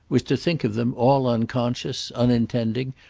was to think of them, all unconscious, unintending,